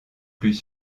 plus